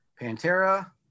Pantera